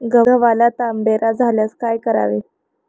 गव्हाला तांबेरा झाल्यास काय करावे?